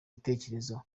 bitekerezo